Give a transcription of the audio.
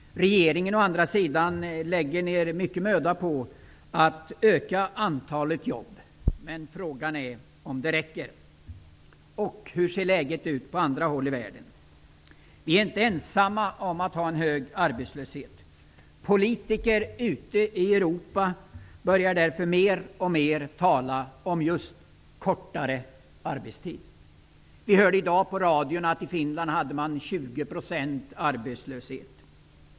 Regeringen å andra sidan lägger ner mycket möda på att öka antalet jobb, men frågan är om det räcker. Och hur ser läget ut på andra håll i världen? Vi är inte ensamma om att ha en hög arbetslöshet. Vi hörde i dag på radion att i Finland är arbetslösheten nu 20 %. Politiker ute i Europa börjar därför mer och mer tala om kortare arbetstid.